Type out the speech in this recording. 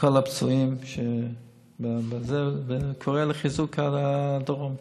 לכל הפצועים, ואני קורא לחיזוק הדרום.